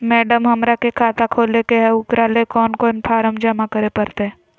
Madam, हमरा के खाता खोले के है उकरा ले कौन कौन फारम जमा करे परते?